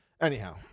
Anyhow